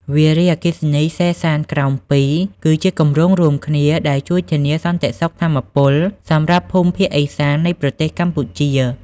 វារីអគ្គិសនីសេសានក្រោម ២ គឺជាគម្រោងរួមគ្នាដែលជួយធានាសន្តិសុខថាមពលសម្រាប់ភូមិភាគឥសាន្តនៃប្រទេសកម្ពុជា។